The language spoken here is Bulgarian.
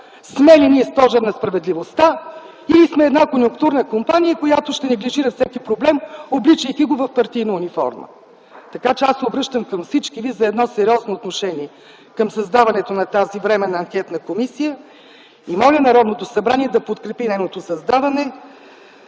сме ли ние стожер на справедливостта или сме една конюнктурна компания, която ще неглижира всеки проблем, обличайки го в партийна униформа. Така че, аз се обръщам към всички Ви за едно сериозно отношение към създаването на тази временна анкетна комисия и моля Народното събрание да подкрепи нейното създаване.